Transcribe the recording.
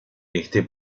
este